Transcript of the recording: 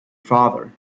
father